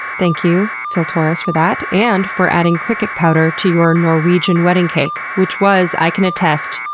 thank you phil torres for that, and for adding cricket powder to your norwegian wedding cake, which was, i can attest,